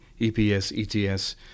EPS-ETS